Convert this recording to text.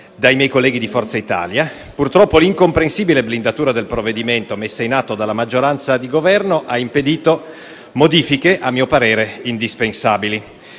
dai miei colleghi di Forza Italia. Purtroppo, l'incomprensibile blindatura del provvedimento messa in atto dalla maggioranza di Governo ha impedito modifiche a mio parere indispensabili.